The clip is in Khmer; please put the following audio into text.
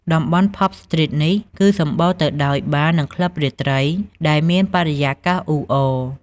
តំបន់ ផាប់ស្ទ្រីតនេះ គឺសម្បូរទៅដោយបារ និងក្លឹបរាត្រីដែល មានបរិយាកាសអ៊ូអរ។